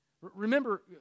Remember